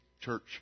church